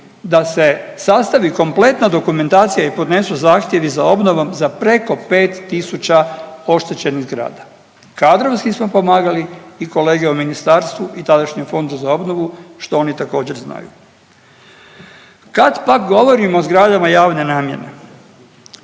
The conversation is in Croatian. da se sastavi kompletna dokumentacija i podnesu zahtjevi za obnovom za preko pet tisuća oštećenih zgrada. Kadrovski smo pomagali i kolege u ministarstvu i tadašnji Fond za obnovu što oni također znaju. Kad pak govorimo o zgradama javne namjene